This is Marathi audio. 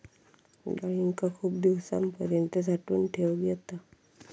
डाळींका खूप दिवसांपर्यंत साठवून ठेवक येता